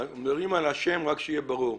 --- שנייה, כדי שיהיה ברור,